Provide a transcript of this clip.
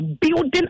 building